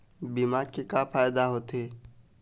बीमा के का फायदा होते?